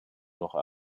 noch